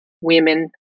women